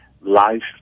life